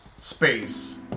space